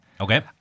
Okay